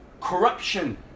Corruption